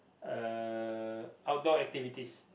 uh outdoor activities